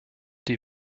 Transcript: die